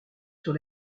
sur